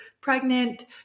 pregnant